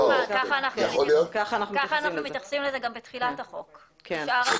ככה אנחנו מתייחסים לזה גם בתחילת החוק בשאר הסעיפים.